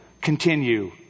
continue